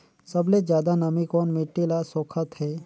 सबले ज्यादा नमी कोन मिट्टी ल सोखत हे?